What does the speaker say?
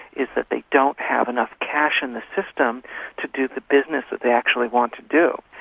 is that they don't have enough cash in the system to do the business that they actually want to do.